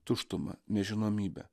tuštuma nežinomybe